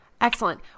Excellent